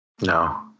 No